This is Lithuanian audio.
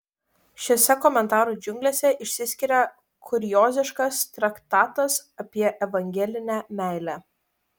šiose komentarų džiunglėse išsiskiria kurioziškas traktatas apie evangelinę meilę